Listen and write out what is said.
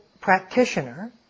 practitioner